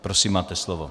Prosím máte slovo.